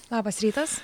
labas rytas